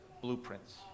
blueprints